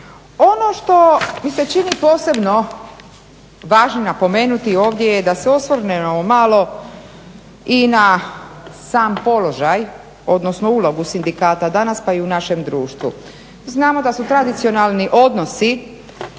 Ono što mi se čini posebno važnim napomenuti ovdje je da se osvrnemo malo i na sam položaj, odnosno ulogu sindikata danas, pa i u našem društvu. Znamo da su tradicionalni odnosi,